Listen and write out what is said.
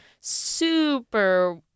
super